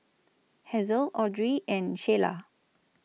Hazle Audry and Sheyla